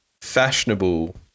fashionable